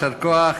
יישר כוח,